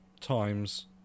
times